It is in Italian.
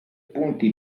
punti